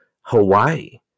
Hawaii